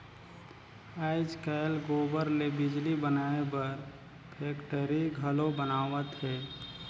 आयज कायल गोबर ले बिजली बनाए बर फेकटरी घलो बनावत हें